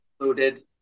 included